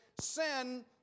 sin